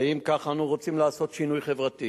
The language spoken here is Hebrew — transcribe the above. האם כך אנו רוצים לעשות שינוי חברתי